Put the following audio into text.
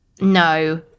No